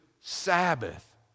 sabbath